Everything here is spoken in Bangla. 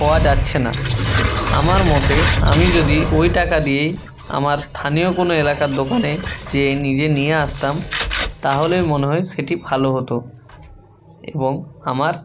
হওয়া যাচ্ছে না আমার মতে আমি যদি ওই টাকা দিয়েই আমার স্থানীয় কোনো এলাকার দোকানে চেয়ে নিজে নিয়ে আসতাম তাহলে মনে হয় সেটি ভালো হতো এবং আমার